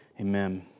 Amen